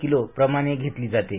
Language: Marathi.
किलो प्रमाणे घेतली जाते